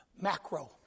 macro